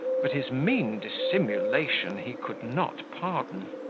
but his mean dissimulation he could not pardon.